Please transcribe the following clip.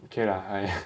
okay lah !aiya!